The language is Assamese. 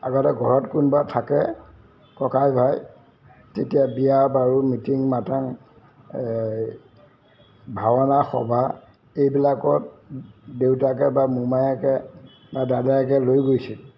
আগতে ঘৰত কোনোবা থাকে ককাই ভাই তেতিয়া বিয়া বাৰু মিটিং মাতাং এই ভাওনা সভা এইবিলাকত দেউতাকে বা মোমায়েকে বা দাদায়েকে লৈ গৈছিল